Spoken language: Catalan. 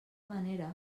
manera